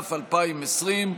התש"ף 2020,